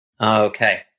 Okay